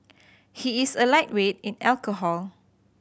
he is a lightweight in alcohol